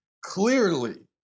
clearly